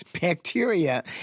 bacteria